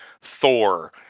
Thor